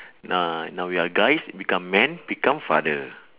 now now we are guys become man become father